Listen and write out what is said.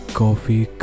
coffee